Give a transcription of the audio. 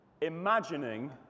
Imagining